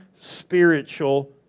spiritual